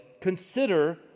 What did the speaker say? Consider